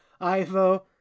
Ivo